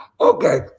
Okay